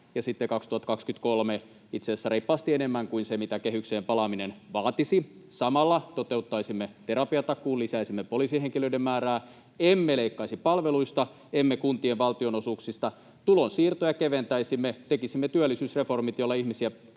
ja sitten 2023 itse asiassa reippaasti enemmän kuin se, mitä kehykseen palaaminen vaatisi. Samalla toteuttaisimme terapiatakuun, lisäisimme poliisihenkilöiden määrää, emme leikkaisi palveluista, emme kuntien valtionosuuksista. Tulonsiirtoja keventäisimme, tekisimme työllisyysreformit, joilla ihmisiä